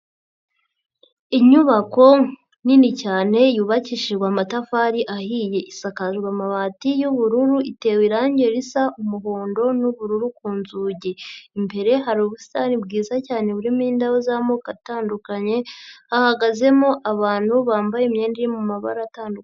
Inyubako nini cyane yubakishijwe amatafari ahiye, isakajwe amabati y'ubururu itewe irange risa umuhondo n'ubururu ku nzugi, imbere hari ubusatani bwiza cyane burimo indabo z'amoko atandukanye, hahagazemo abantu bambaye imyenda iri mu mabara atandukanye.